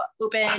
open